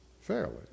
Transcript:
fairly